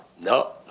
No